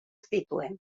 zituen